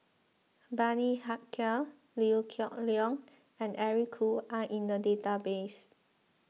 Bani Haykal Liew Geok Leong and Eric Khoo are in the database